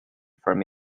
from